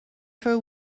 for